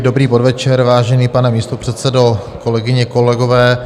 Dobrý podvečer, vážený pane místopředsedo, kolegyně, kolegové.